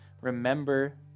Remember